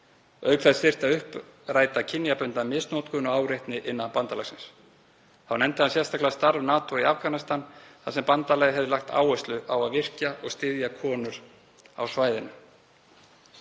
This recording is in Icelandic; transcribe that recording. Auk þess þyrfti að uppræta kynbundna misnotkun og áreitni innan bandalagsins. Þá nefndi hann sérstaklega starf NATO í Afganistan þar sem bandalagið hefur lagt áherslu á að virkja og styðja konur á svæðinu.